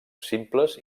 simples